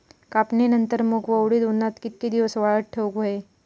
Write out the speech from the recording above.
कापणीनंतर मूग व उडीद उन्हात कितके दिवस वाळवत ठेवूक व्हये?